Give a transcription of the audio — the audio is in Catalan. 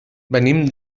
venim